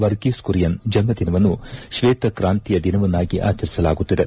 ವರ್ಗೀಸ್ ಕುರಿಯನ್ ಜನ್ನದಿನವನ್ನು ಕ್ಷೇತಕ್ತಾಂತಿಯ ದಿನವನ್ನಾಗಿ ಆಚರಿಸಲಾಗುತ್ತಿದೆ